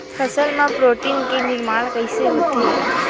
फसल मा प्रोटीन के निर्माण कइसे होथे?